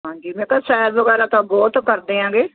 ਹਾਂਜੀ ਮੈਂਖਾਂ ਸੈਰ ਵਗੈਰਾ ਤਾਂ ਬਹੁਤ ਕਰਦੇ ਆਂਗੇ